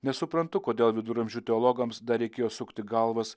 nesuprantu kodėl viduramžių teologams dar reikėjo sukti galvas